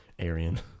Aryan